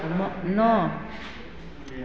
न नओ